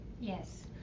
Yes